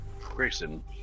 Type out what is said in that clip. Grayson